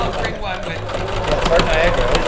i'll bring one with me. yeah, it's heart niagara,